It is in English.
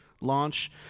launch